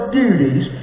duties